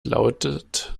lautet